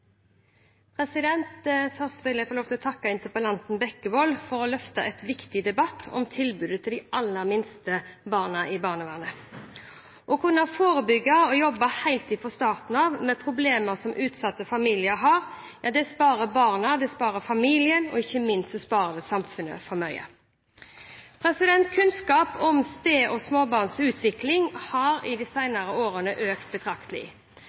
Først vil jeg få lov til å takke interpellanten Bekkevold for å løfte en viktig debatt om tilbudet til de aller minste barna i barnevernet. Å kunne forebygge og jobbe helt fra starten av med problemer som utsatte familier har, sparer barna, familien og ikke minst samfunnet for mye. Kunnskapen om sped- og småbarns utvikling har i de senere årene økt betraktelig.